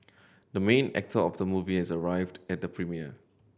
the main actor of the movie has arrived at the premiere